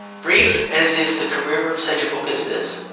brief as is the career of such a book as this,